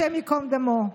השם ייקום דמו.